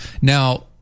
Now